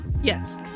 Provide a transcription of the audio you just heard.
Yes